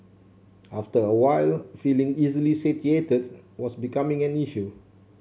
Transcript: after a while feeling easily satiated was becoming an issue